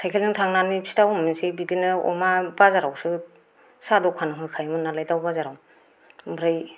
साइकेलजों थांनानै फिथा हमनोसै बिदिनो अमा बाजारावसो साह दखान होखायोमोन नालाय दाउ बाजाराव ओमफ्राय